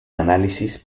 análisis